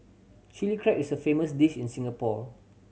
Chilli Crab is a famous dish in Singapore